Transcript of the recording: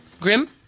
Grim